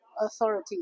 Authority